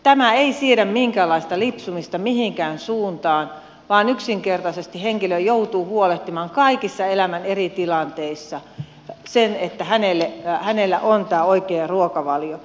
tämä ei siedä minkäänlaista lipsumista mihinkään suuntaan vaan yksinkertaisesti henkilö joutuu huolehtimaan kaikissa elämän eri tilanteissa sen että hänellä on tämä oikea ruokavalio